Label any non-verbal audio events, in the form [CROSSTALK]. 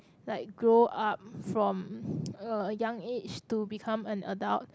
like grow up from [BREATH] a young age to become an adult